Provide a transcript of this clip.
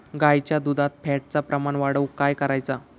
गाईच्या दुधात फॅटचा प्रमाण वाढवुक काय करायचा?